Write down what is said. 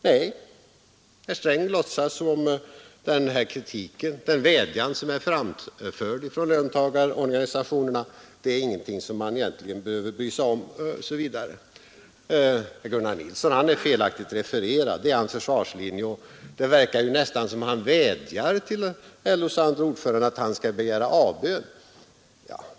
Nej, herr Sträng låtsas som om den vädjan som är framförd från löntagarorganisationerna inte är någonting som man egentligen behöver bry sig om. Herr Gunnar Nilsson är felaktigt refererad, det är herr Strängs försvarslinje. Det verkar nästan som om han vädjar till LOs andre ordförande att han skall göra avbön.